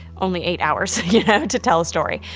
only eight hours to tell a story.